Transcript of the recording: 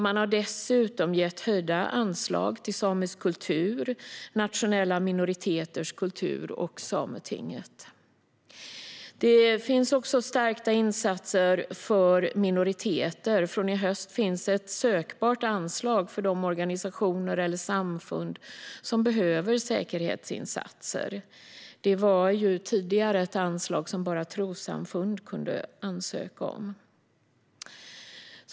Man har dessutom gett höjda anslag till samisk kultur, nationella minoriteters kultur och Sametinget. Det finns också stärkta insatser för säkerhet för minoriteter. Från i höst finns ett sökbart anslag för de organisationer eller samfund som behöver säkerhetsinsatser. Det var tidigare ett anslag som bara trossamfund kunde ansöka om.